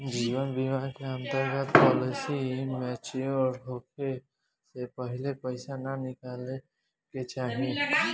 जीवन बीमा के अंतर्गत पॉलिसी मैच्योर होखे से पहिले पईसा ना निकाले के चाही